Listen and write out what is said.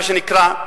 מה שנקרא,